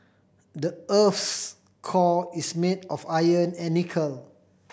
the earth's core is made of iron and nickel